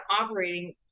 operating